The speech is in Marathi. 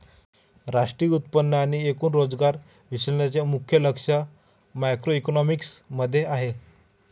राष्ट्रीय उत्पन्न आणि एकूण रोजगार विश्लेषणाचे मुख्य लक्ष मॅक्रोइकॉनॉमिक्स मध्ये आहे